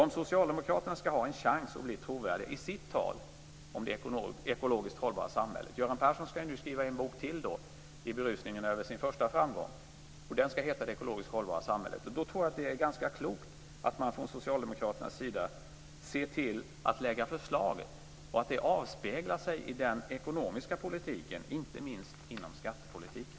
Om Socialdemokraterna skall ha en chans att bli trovärdiga i sitt tal om det ekologiskt hållbara samhället - Göran Persson skall ju nu skriva en bok till i berusningen över sin förra framgång, och den skall heta Det ekologiskt hållbara samhället - så tror jag att det är ganska klokt att man från Socialdemokraternas sida ser till att lägga fram förslag, och att detta avspeglar sig i den ekonomiska politiken, inte minst i skattepolitiken.